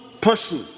person